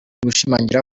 gushimangira